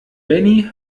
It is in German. benny